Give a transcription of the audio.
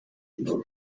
iphone